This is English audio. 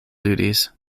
duties